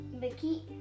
Mickey